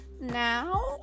Now